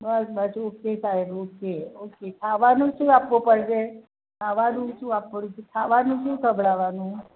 બસ બધું ઓકે સાહેબ okay okay ખાવાનું શું આપવું પડશે ખાવાનું શું આપવાનું છે ખાવાનું શું ખવડાવવાનું